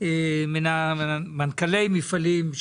הממסים זה לא חומר יש מאין,